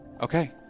Okay